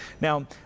Now